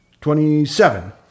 Twenty-seven